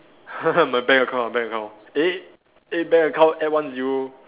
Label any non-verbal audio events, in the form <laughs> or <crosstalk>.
<laughs> my bank account bank account eh eh bank account add one zero